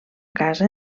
casa